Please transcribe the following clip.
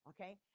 Okay